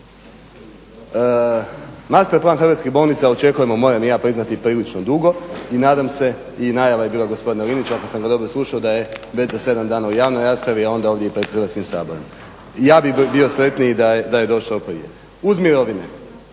razumije./… hrvatskih bolnica očekujemo moram i ja priznati prilično dugo i nadam se i najava je bila gospodina Linića ako sam ga dobro slušao da je već za 7 dana u javnoj raspravi a onda ovdje i pred Hrvatskim saborom. Ja bih bio sretniji da je došao prije uz mirovine,